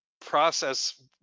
process